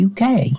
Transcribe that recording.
UK